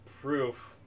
proof